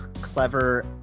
clever